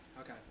Okay